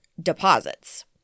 deposits